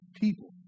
people